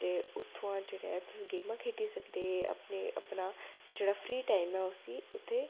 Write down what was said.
ते उत्थुआं जेह्ड़ा ऐ तुस गेमां खेढी सकदे अपनी अपना जेह्ड़ा फ्रीऽ टाईम ऐ उस्सी उत्थै